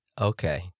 Okay